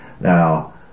Now